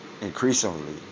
increasingly